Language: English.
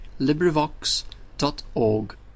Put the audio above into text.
LibriVox.org